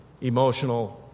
emotional